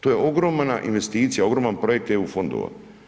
To je ogromna investicije, ogroman projekt EU fondova.